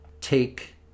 take